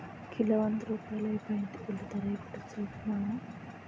kilo వంద రూపాయలైపోయింది ఉల్లిధర యిప్పుడు సూడు మావా